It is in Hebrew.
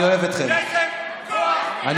כסף, כוח, כבוד.